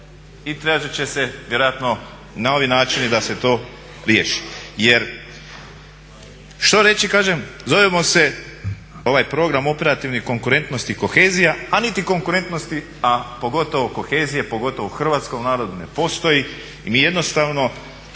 I tražiti će se vjerojatno novi načini da se to riješi. Jer što reći kažem, zovemo se, ovaj program operativni konkurentnosti i kohezija a niti konkurentnosti a pogotovo kohezije, pogotovo u hrvatskom narodu ne postoji. I mi jednostavno